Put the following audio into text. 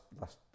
last